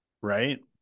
right